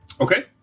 Okay